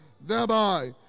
thereby